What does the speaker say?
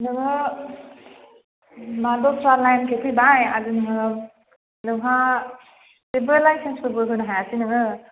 नोङो मा दस्रा लाइननिफ्राय फैबाय आरो नोङो नोंहा जेबो लाइसेन्सफोरबो होनो हायासै नोङो